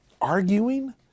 Arguing